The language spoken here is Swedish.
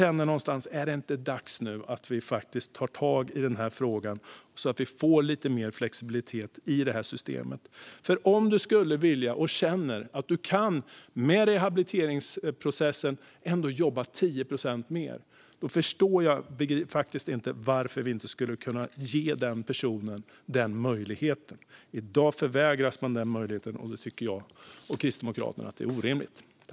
Är det inte dags nu att vi tar tag i den här frågan, så att vi får lite mer flexibilitet i systemet? Om man skulle vilja och känner att man med rehabiliteringsprocessen kan jobba 10 procent mer förstår jag faktiskt inte varför vi inte skulle kunna erbjuda den möjligheten. I dag förvägras man den möjligheten, och det tycker jag och Kristdemokraterna är orimligt.